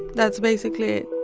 that's basically it